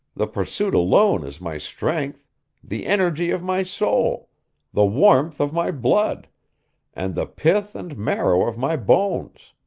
the pursuit alone is my strength the energy of my soul the warmth of my blood and the pith and marrow of my bones!